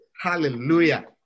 hallelujah